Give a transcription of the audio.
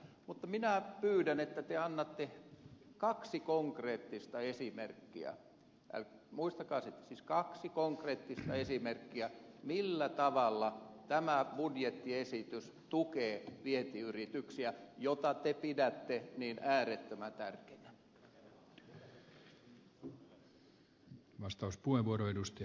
mutta minä pyydän että te annatte kaksi konkreettista esimerkkiä muistakaa siis kaksi konkreettista esimerkkiä siitä millä tavalla tämä budjettiesitys tukee vientiyrityksiä joita te pidätte niin äärettömän tärkeinä